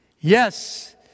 Yes